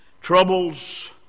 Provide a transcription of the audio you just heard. troubles